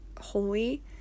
holy